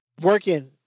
working